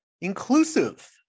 inclusive